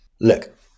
Look